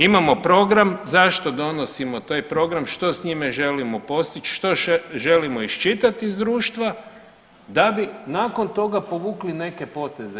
Imamo program, zašto donosimo taj program, što s njime želimo postići, što želimo iščitati iz društva da bi nakon toga povukli neke poteze.